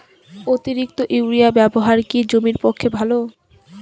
অতিরিক্ত ইউরিয়া ব্যবহার কি জমির পক্ষে ভালো?